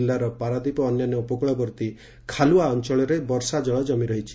ଜିଲ୍ଲାର ପାରାଦ୍ୱୀପ ଓ ଅନ୍ୟାନ୍ୟ ଉପକୁଳବର୍ତ୍ତୀ ଖାଲୁଆ ଅଞ୍ଚଳରେ ବର୍ଷା ଜଳ ଜମି ରହିଛି